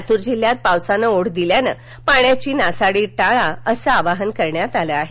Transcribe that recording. लातूर जिल्ह्यात पावसानं ओढ दिल्यानं पाण्याची नासाडी टाळा असं आवाहन करण्यात आलं आहे